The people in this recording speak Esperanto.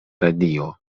radio